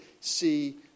see